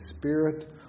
Spirit